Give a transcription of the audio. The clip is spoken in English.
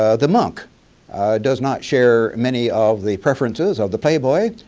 ah the monk does not share many of the preferences of the playboy,